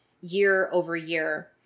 year-over-year